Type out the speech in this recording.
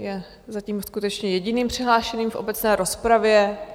Je zatím skutečně jediným přihlášeným v obecné rozpravě.